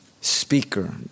speaker